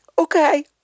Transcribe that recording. Okay